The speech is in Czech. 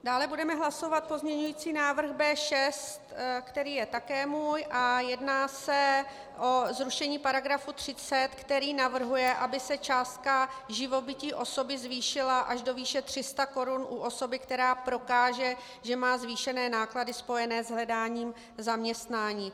Dále budeme hlasovat pozměňovací návrh B6, který je také můj, a jedná se o zrušení § 30, který navrhuje, aby se částka živobytí osoby zvýšila až do výše 300 korun u osoby, která prokáže, že má zvýšené náklady spojené s hledáním zaměstnání.